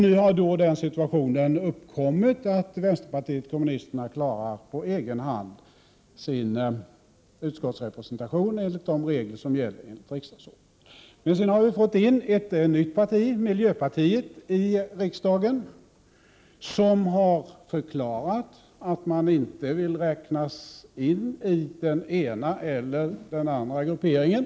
Nu har en situation uppkommit då vpk enligt de regler som gäller i riksdagsordningen på egen hand klarar sin utskottsrepresentation. Men vi har fått in ett nytt parti, miljöpartiet, i riksdagen. Partiet har förklarat att det inte vill räknas in i den ena eller andra grupperingen.